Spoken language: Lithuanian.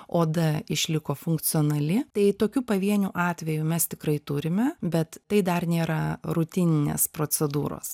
oda išliko funkcionali tai tokių pavienių atvejų mes tikrai turime bet tai dar nėra rutininės procedūros